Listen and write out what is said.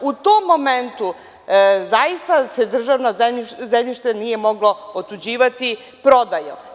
U tom momentu zaista se državno zemljište nije moglo otuđivati prodajom.